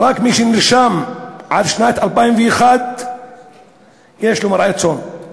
ורק מי שנרשם עד שנת 2001 יש לו מרעה צאן.